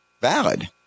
valid